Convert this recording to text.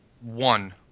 one